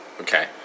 Okay